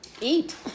eat